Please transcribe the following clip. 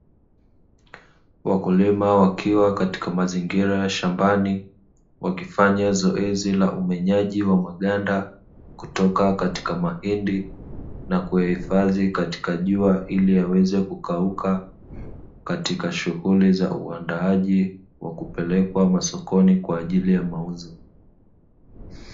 Wakulima wakiwa katika mazingira ya shambani, wakifanya zoezi la umenyaji wa maganda kutoka katika mahindi na kuyahifadhi katika jua, ili yaweze kukauka katika shughuli za uandaaji wa kupelekwa masokoni kwa ajili ya mauzo.